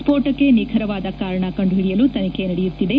ಸ್ಪೋಟಕ್ಕೆ ನಿಖರವಾದ ಕಾರಣ ಕಂಡುಹಿಡಿಯಲು ತನಿಖೆ ನಡೆಯುತ್ತಿದೆ